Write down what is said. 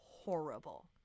horrible